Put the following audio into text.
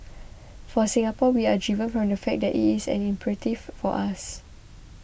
for Singapore we are driven from the fact that it is an imperative for us